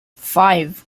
five